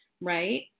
right